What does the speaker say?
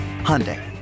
Hyundai